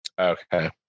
okay